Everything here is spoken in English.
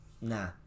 nah